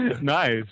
Nice